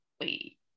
wait